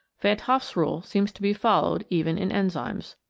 van t hoff's rule seems to be followed even in enzymes.